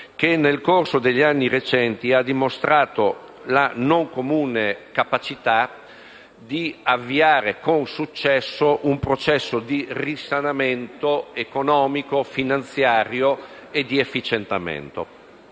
che, nel corso degli anni recenti, ha dimostrato la non comune capacità di avviare con successo un processo di risanamento economico, finanziario e di efficientamento.